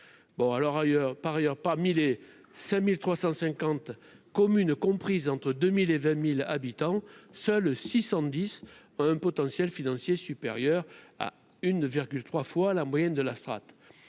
par ailleurs pas 1000 et 5350 communes comprises entre 2000 et 20000 habitants, seuls 610 un potentiel financier supérieur à 1 virgule 3 fois la moyenne de la strate